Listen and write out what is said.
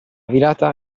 virata